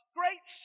great